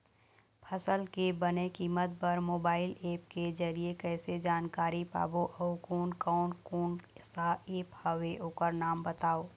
फसल के बने कीमत बर मोबाइल ऐप के जरिए कैसे जानकारी पाबो अउ कोन कौन कोन सा ऐप हवे ओकर नाम बताव?